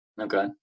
Okay